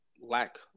lack